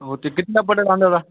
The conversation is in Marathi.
हो ते कितीला पडेल आणायला